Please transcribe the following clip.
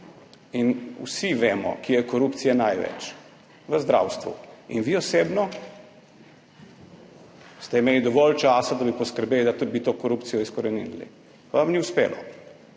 in vsi vemo, kje je korupcije največ. V zdravstvu. In vi osebno ste imeli dovolj časa, da bi poskrbeli, da bi to korupcijo izkoreninili, pa vam ni uspelo.